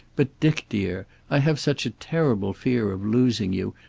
but, dick dear, i have such a terrible fear of losing you,